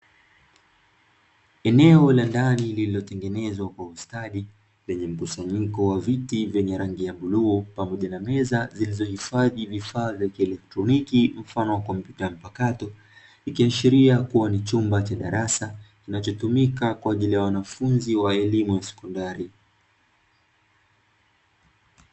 Eneo la ndani, lililotengenezwa kwa ustadi, lenye mkusanyiko wa viti vyenye rangi ya buluu pamoja na meza zilizohifadhi vifaa vya kielektroniki, mfano wa kompyuta mpakato, ikiashiria kuwa ni chumba cha darasa kinachotumika kwa ajili ya wanafunzi wa elimu ya sekondari.